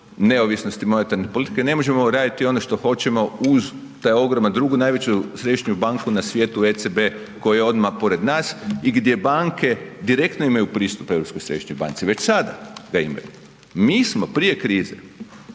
neovisnosti monetarne politike. Ne možemo raditi ono što hoćemo uz taj ogroman, drugu najveću središnju banku na svijetu ECB koja je odmah pored nas i gdje banke direktno imaju pristup Europskoj središnjoj banci već sada ga imaju. Mi smo prije krize